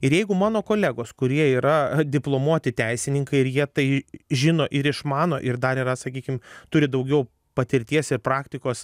ir jeigu mano kolegos kurie yra diplomuoti teisininkai ir jie tai žino ir išmano ir dar yra sakykime turi daugiau patirties ir praktikos